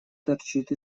торчит